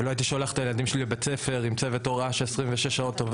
ולא הייתי שולח את הילדים שלי לבית ספר עם צוות הוראה שעובד 26 שעות.